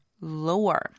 lower